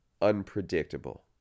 unpredictable